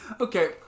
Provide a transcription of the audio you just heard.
Okay